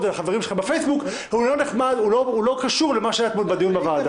ולחברים שלך בפייסבוק אבל הוא לא קשור לדיון שהיה אתמול בוועדה.